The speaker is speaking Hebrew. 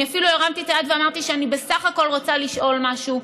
אני אפילו הרמתי את היד ואמרתי שאני בסך הכול רוצה לשאול משהו.